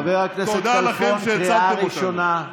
חבר הכנסת כלפון, קריאה ראשונה.